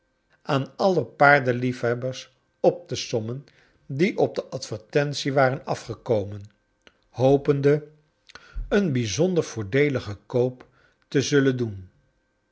a d alle paardenliefhebbers op te sommen die op de advertcntie waren afgekomen hopende een bijzonder voordeeligen koop te zullen doen